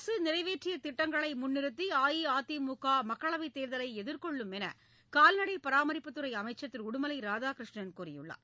அரசு நிறைவேற்றிய திட்டங்களை முன்நிறுத்தி அஇஅதிமுக மக்களவைத் தேர்தலை எதிர்கொள்ளும் என்று கால்நடை பராமரிப்புத் துறை அமைச்சர் திரு உடுமலை ராதாகிருஷ்ணன் கூறியுள்ளார்